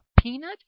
peanut